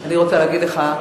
אני רוצה להגיד לך,